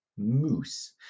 moose